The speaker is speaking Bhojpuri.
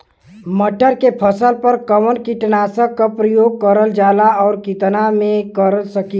मटर के फसल पर कवन कीटनाशक क प्रयोग करल जाला और कितना में कर सकीला?